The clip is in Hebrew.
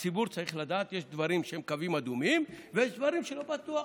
הציבור צריך לדעת שיש דברים שהם קווים אדומים ויש דברים שלא בטוח,